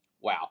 Wow